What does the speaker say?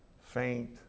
faint